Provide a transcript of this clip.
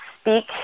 speak